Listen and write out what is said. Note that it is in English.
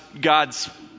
God's